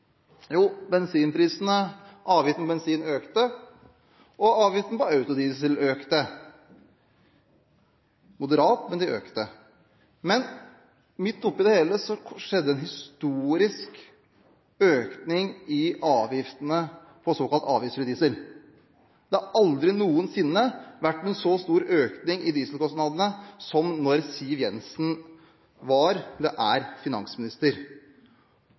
på bensin og autodiesel økte. De økte moderat, men de økte. Midt oppe i det hele skjedde det en historisk økning i avgiftene på såkalt avgiftsfri diesel. Aldri noensinne har det vært en så stor økning i dieselkostnadene som under finansminister Siv Jensen. Jeg vil ikke tro at det